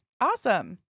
Awesome